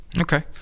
Okay